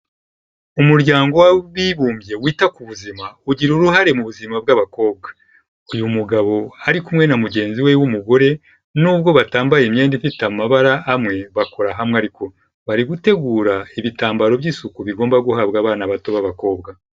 Umuryango w'abibumbye wita ku buzima ugira uruhare mu buzima bw'abakobwa, uyu mugabo ari kumwe na mugenzi we w'umugore nubwo batambaye imyenda ifite amabara hamwe bakora hamwe ariko, bari gutegura ibitambaro by'isuku bigomba guhabwa abana bato b'abakobwa..